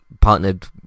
partnered